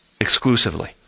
exclusively